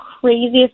craziest